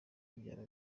byaba